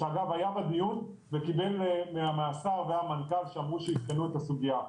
שאגב היה בדיון וקיבל מהשר ומהמנכ"ל שאמרו שיבחנו את הסוגיה.